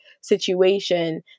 situation